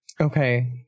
Okay